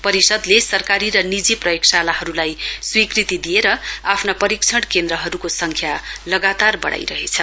परिषदले सरकारी र निजी प्रयोगशालीहरुलाई स्वीकृति दिएर आफ्ना परीक्षण केन्द्रहरुको संख्या लगातार बढ़ाइरहेछ